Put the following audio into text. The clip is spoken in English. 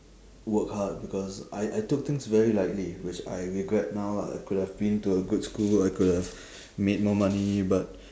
work hard because I I took things very lightly which I regret now lah I could have been to a good school I could have made more money but